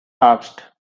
asked